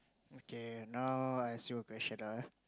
okay now I ask you a question ah